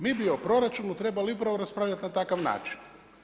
Mi bi o proračunu trebali upravo raspravljati na takav način.